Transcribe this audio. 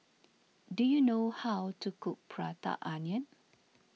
do you know how to cook Prata Onion